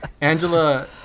angela